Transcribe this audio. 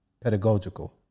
Pedagogical